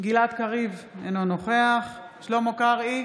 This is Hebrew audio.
גלעד קריב, אינו נוכח שלמה קרעי,